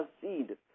seed